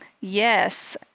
yes